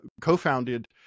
co-founded